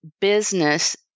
business